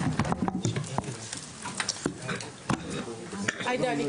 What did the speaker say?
הישיבה ננעלה בשעה 10:49.